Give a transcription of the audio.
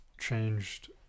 changed